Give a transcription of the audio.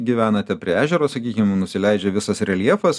gyvenate prie ežero sakykim nusileidžia visas reljefas